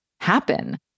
happen